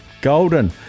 golden